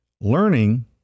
Learning